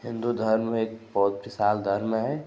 हिन्दू धर्म एक बहुत विशाल धर्म है